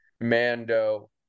Mando